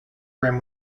brim